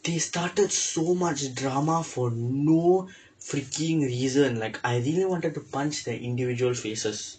they started so much drama for no freaking reason like I really wanted to punch the individual faces